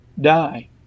die